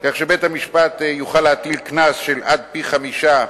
כך שבית-המשפט יוכל להטיל קנס של עד פי-חמישה,